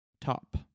Top